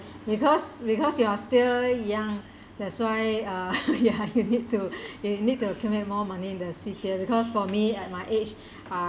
because because you are still young that's why uh ya you need to you need to accumulate more money in the C_P_F because for me at my age uh